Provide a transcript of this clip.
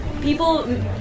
people